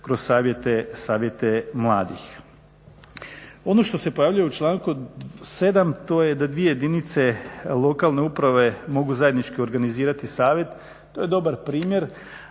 kroz Savjete mladih. Ono što se pojavljuje u članku 7. to je da dvije jedinice lokalne uprave mogu zajednički organizirati Savjet to je dobar primjer,